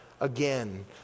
again